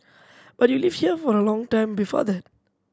but you lived here for a long time before that